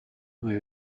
will